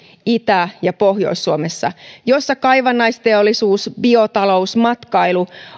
itä ja pohjois suomessa jossa kaivannaisteollisuus biotalous matkailu